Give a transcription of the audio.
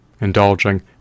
Indulging